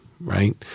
right